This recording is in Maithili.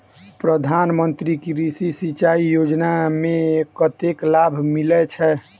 प्रधान मंत्री कृषि सिंचाई योजना मे कतेक लाभ मिलय छै?